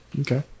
Okay